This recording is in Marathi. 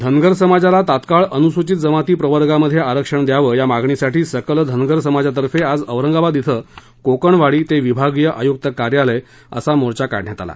धनगर समाजाला तात्काळ अनुसूचित जमाती प्रवर्गामध्ये आरक्षण द्यावं या मागणीसाठी सकल धनगर समाजातर्फे आज औरंगाबाद धिं कोकणवाडी ते विभागीय आयुक्त कार्यालय असा मोर्चा काढण्यात आला